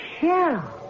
shell